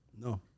No